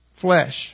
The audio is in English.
flesh